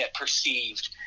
perceived